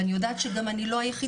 ואני גם יודעת שגם אני לא היחידה.